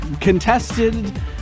contested